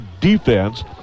defense